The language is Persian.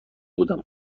بودم